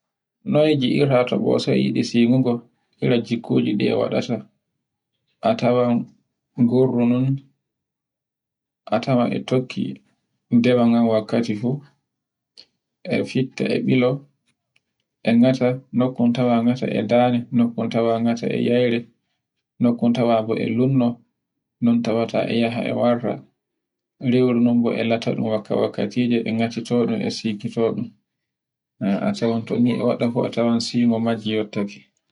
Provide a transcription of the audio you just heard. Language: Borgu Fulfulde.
Noy ngi'irta to ɓose e yiɗi semugo. Ire jikkojiɗi waɗata, a tawan gorru non, a tawan e tokki demangan wakkati fu, e fitta e bilo, e ngata, nokkun tawa ngata e dande, nukkun tawa ngata e yi'aire, nokkun tawa o yurno. Non tawata e yaha e warta, rewru ndun bo lata ɗun wakkatije e ngatitoɗun e sikititoɗum. a tawan tonni ta a waɗa fu tawan